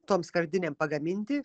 toms skardinėm pagaminti